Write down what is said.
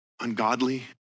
ungodly